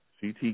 CT